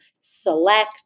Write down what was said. Select